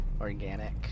organic